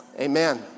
Amen